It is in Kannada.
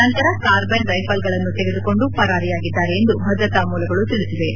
ನಂತರ ಕಾರ್ಬೈನ್ ರೈಫಲ್ಗಳನ್ನು ತೆಗೆದುಕೊಂಡು ಪರಾರಿಯಾಗಿದ್ದಾರೆ ಎಂದು ಭದ್ರತಾ ಮೂಲಗಳು ತಿಳಿಸಿವೆ